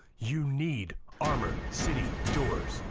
you need armor city doors.